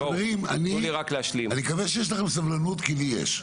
חברים, אני מקווה שיש לכם סבלנות כי לי יש.